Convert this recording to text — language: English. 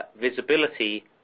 visibility